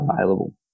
available